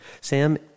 Sam